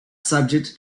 subject